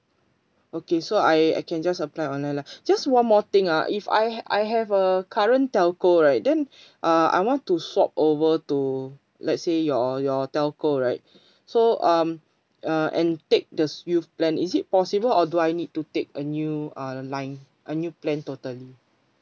okay so I I can just apply online lah just one more thing ah if I have I have a current telco right then uh I want to swap over to let's say your your telco right so um uh and take the youth plan is it possible or do I need to take a new uh line a new plan totally